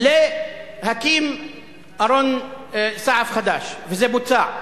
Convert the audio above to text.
להקים ארון סעף חדש, וזה בוצע.